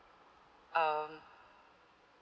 um